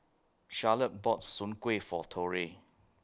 Charolette bought Soon Kuih For Torrey